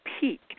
peak